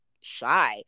shy